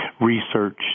research